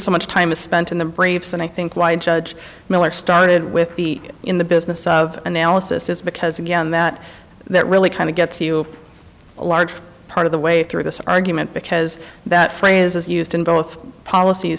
so much time is spent in the braves and i think why judge miller started with the in the business of analysis is because again that that really kind of gets you a large part of the way through this argument because that phrase is used in both policies